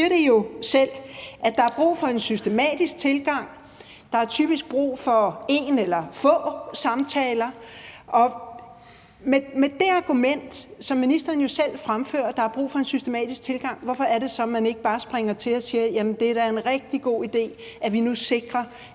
siger det jo selv: at der er brug for en systematisk tilgang. Der er typisk brug for en eller få samtaler, og med det argument, som ministeren jo selv fremfører, altså at der er brug for en systematisk tilgang, hvorfor er det så, man ikke bare springer til og siger, at det da er en rigtig god idé, at vi nu sikrer,